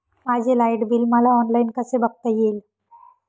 माझे light bill मला online कसे बघता येईल?